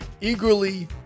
eagerly